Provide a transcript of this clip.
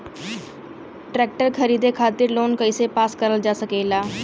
Tractor खरीदे खातीर loan कइसे पास करल जा सकेला?